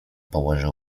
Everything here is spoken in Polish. położył